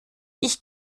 ich